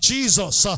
Jesus